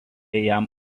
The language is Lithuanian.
jam